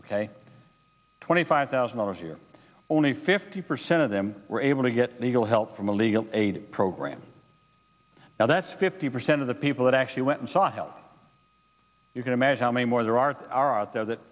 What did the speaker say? ok twenty five thousand dollars a year only fifty percent of them were able to get help from a legal aid program now that's fifty percent of the people that actually went and sought help you can imagine how many more there are are out there that